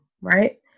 Right